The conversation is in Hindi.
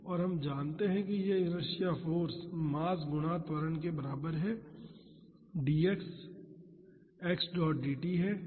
और हम जानते हैं कि यह इनर्शिआ फाॅर्स मास गुणा त्वरण के बराबर है और dx x डॉट dt है